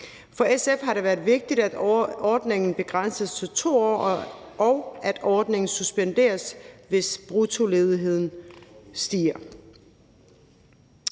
For SF har det været vigtigt, at ordningen begrænses til 2 år, og at ordningen suspenderes, hvis bruttoledigheden stiger.